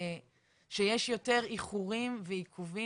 אבל האם בחנתן את זה שיש יותר איחורים ועיכובים